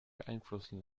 beeinflussen